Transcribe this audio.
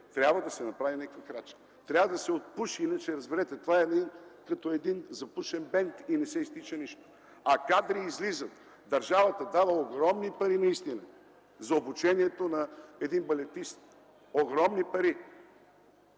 трябва да се направи някаква крачка. Трябва да се отпуши, иначе, разберете, това е като запушен бент и не изтича нищо. А кадри излизат. Държавата дава огромни пари за обучението на един балетист. Огромни пари!